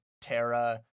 Terra